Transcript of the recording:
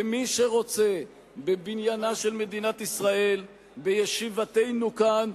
ומי שרוצה בבניינה של מדינת ישראל, בישיבתנו כאן,